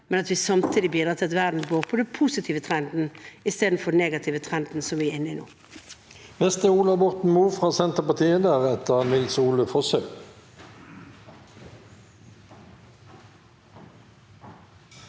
men at vi samtidig bidrar til at verden følger den positive trenden, istedenfor den negative trenden, som vi er inne i nå.